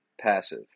passive